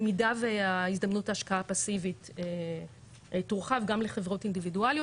במידה והזדמנות ההשקעה הפסיביות כרוכה גם בחברות אינדיבידואליות,